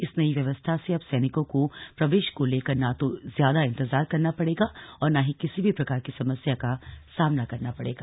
इस नई व्यवस्था से अब सैनिकों को प्रवेश को लेकर न तो ज्यादा इन्तजार करना पड़ेगा और न ही किसी भी प्रकार की समस्या का सामना करना पड़ेगा